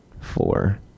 four